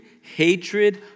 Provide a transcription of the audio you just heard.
hatred